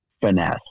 finesse